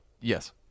Yes